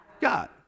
God